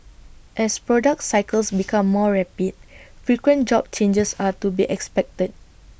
as product cycles become more rapid frequent job changes are to be expected